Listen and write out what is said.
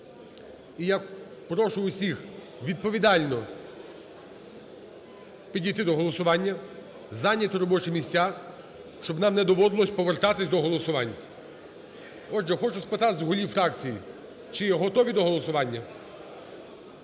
І я прошу усіх відповідально підійти до голосування, зайняти робочі місця, щоб нам не доводилося повертатися до голосувань. Отже, хочу спитати з голів фракцій, чи готові до голосування.